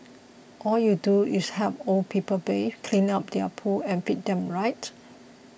all you do is help old people bathe clean up their poo and feed them right